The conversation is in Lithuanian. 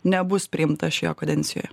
nebus priimta šioje kadencijoje